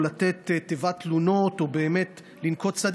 או לתת תיבת תלונות או באמת לנקוט צעדים,